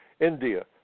India